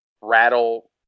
rattle